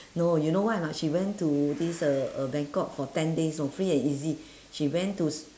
no you know why or not she went to this uh uh bangkok for ten days know free and easy she went to s~